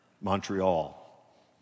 Montreal